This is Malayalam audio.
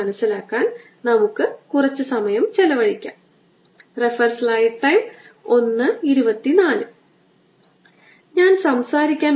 അതിനാൽ ഈ കറുപ്പ് നിറത്തിലുള്ളത് ചാർജ് ഡെൻസിറ്റി rho ചുവപ്പു നിറത്തിലുള്ളത് ചാർജ് ഡെൻസിറ്റി മൈനസ് rho വഹിക്കുന്നു